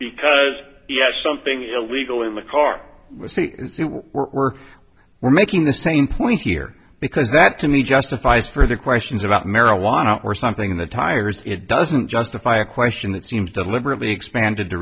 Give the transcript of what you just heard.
because yes something illegal in the car with or we're making the same point here because that to me justifies further questions about marijuana or something in the tires it doesn't justify a question that seems deliberately expanded to